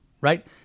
right